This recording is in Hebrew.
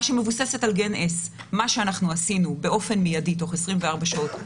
שמבוססת על גן S. מה שעשינו באופן מיידי תוך 24 שעות,